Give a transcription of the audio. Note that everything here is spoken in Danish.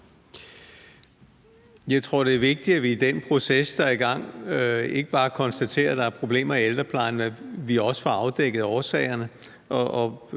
Jeg tror, det er vigtigt, at vi i den proces, der er i gang, ikke bare konstaterer, at der er problemer i ældreplejen, men at vi også får afdækket årsagerne.